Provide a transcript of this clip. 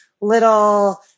little